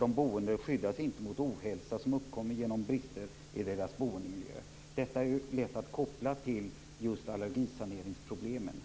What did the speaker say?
De boende skyddas inte mot ohälsa som uppkommer genom brister i boendemiljön. Detta är lätt att koppla till problemen med allergisanering.